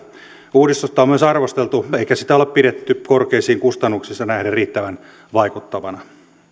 uudistusta on myös arvosteltu eikä sitä ole pidetty korkeisiin kustannuksiinsa nähden riittävän vaikuttavana